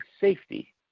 safety